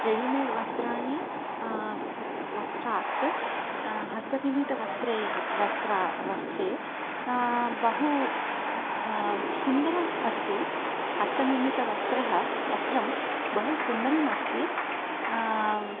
ready made वस्त्राणि वस्त्रात् हस्तनिर्मितवस्त्रैः वस्त्रं वस्त्रे बहु सुन्दरम् अस्ति हस्तनिर्मित वस्त्रं वस्त्रं बहु सुदरम् अस्ति